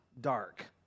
dark